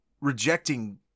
rejecting